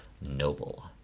noble